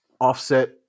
offset